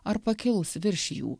ar pakils virš jų